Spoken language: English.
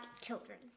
children